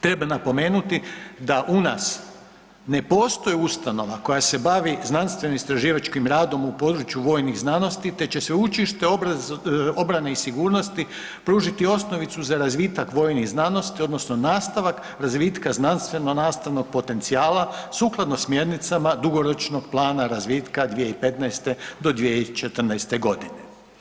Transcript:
Treba napomenuti da u nas ne postoji ustanova koja se bavi znanstveno-istraživačkim radom u području vojnih znanosti te će Sveučilište obrane i sigurnosti pružiti osnovicu za razvitak vojnih znanosti odnosno nastavak razvitka znanstveno nastavnog potencijala sukladno smjernica dugoročnog plana razvitka 2015.-2024. godine.